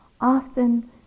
often